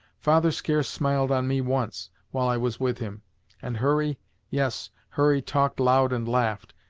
father scarce smiled on me once, while i was with him and, hurry yes hurry talked loud and laughed,